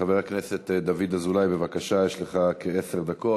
חבר הכנסת דוד אזולאי, בבקשה, יש לך כעשר דקות.